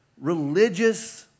religious